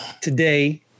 today